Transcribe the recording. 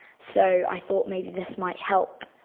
so i thought maybe this might help.